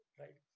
right